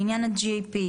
לעניין ה-GAP,